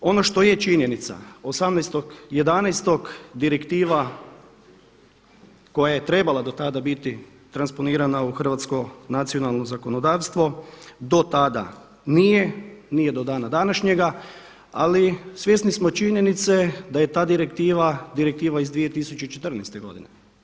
Ono što je činjenica, 18.11.2016. direktiva koja je trebala do tada biti transponirana u hrvatsko nacionalno zakonodavstvo do tada nije, nije do dana današnjega, ali svjesni smo činjenice da je ta direktiva direktiva iz 2014. godine.